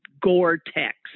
Gore-Tex